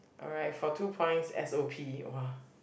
alright for two points S_O_P [wah]